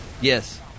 Yes